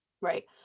Right